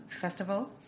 festival